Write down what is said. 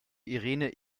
irene